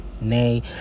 Nay